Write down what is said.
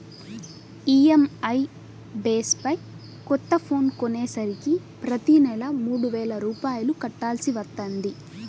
EMI base పై కొత్త phone కొనేసరికి ప్రతి నెలా మూడు వేల రూపాయలు కట్టాల్సి వత్తంది